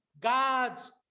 God's